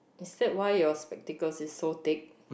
is that why your spectacles is so thick